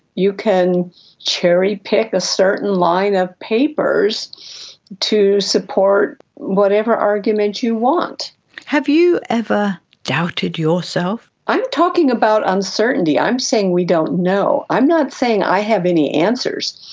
you can cherry-pick a certain line of papers to support whatever argument you want. have you ever doubted yourself? i'm talking about uncertainty, i'm saying we don't know. i'm not saying i have any answers,